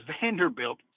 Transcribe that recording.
Vanderbilt